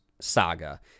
saga